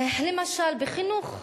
למשל, בחינוך,